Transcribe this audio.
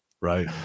right